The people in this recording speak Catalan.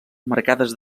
marcades